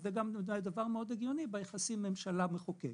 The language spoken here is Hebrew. זה גם דבר מאוד הגיוני ביחסים בין הממשלה למחוקק.